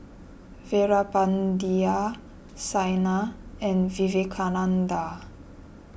Veerapandiya Saina and Vivekananda